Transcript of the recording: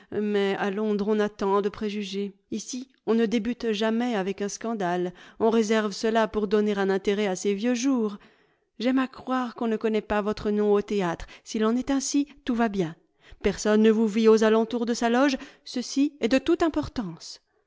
mais à londres on a tant de préjugés ici on ne débute jamais avec un scandale on réserve cela pour donner un intérêt à ses vieux jours j'aime à croire qu'on ne connaît pas votre nom au théâtre s'il en est ainsi tout va bien personne ne vous vit aux alentours de sa loge ceci est de toute importance